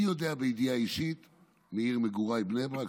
אני יודע בידיעה אישית על עיר מגוריי בני ברק,